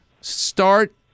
start